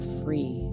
free